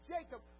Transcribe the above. Jacob